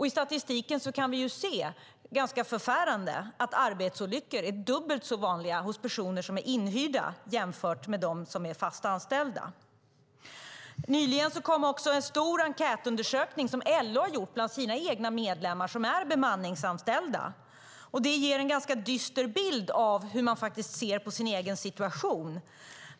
I statistiken kan vi förfärande nog se att arbetsolyckor är dubbelt så vanliga bland personer som är inhyrda som bland dem som är fast anställda. Nyligen kom en enkätundersökning som LO har gjort bland sina egna medlemmar som är bemanningsanställda. Det ger en ganska dyster bild av hur man ser på sin egen situation.